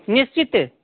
निश्चिते